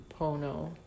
Pono